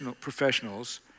professionals